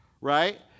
right